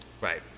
right